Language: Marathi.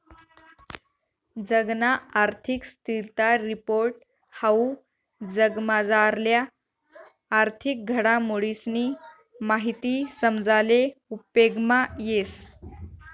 जगना आर्थिक स्थिरता रिपोर्ट हाऊ जगमझारल्या आर्थिक घडामोडीसनी माहिती समजाले उपेगमा येस